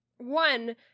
One